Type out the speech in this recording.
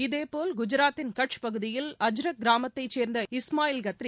இதேபோல் குஜாத்தின் கட்ச் பகுதியில் அஜ்ரக் கிராமத்தை சேர்ந்த இஸ்மாயில் கத்ரி